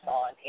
on